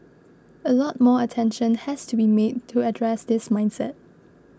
a lot more attention has to be made to address this mindset